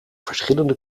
verschillende